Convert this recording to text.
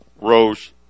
rose